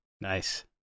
Nice